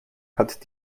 hat